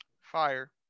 Fire